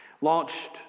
launched